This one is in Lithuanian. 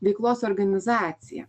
veiklos organizacija